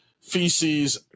feces